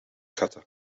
cutter